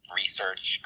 research